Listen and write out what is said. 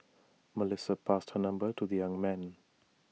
Melissa passed her number to the young man